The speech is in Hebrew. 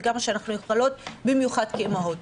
במיוחד כאימהות.